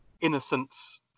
innocence